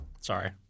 Sorry